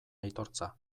aitortza